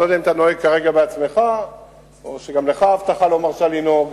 אני לא יודע אם אתה נוהג כרגע בעצמך או שגם לך האבטחה לא מרשה לנהוג,